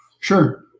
Sure